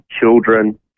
children